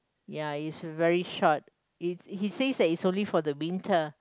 ya is very short it he says that it's only for the winter